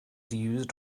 used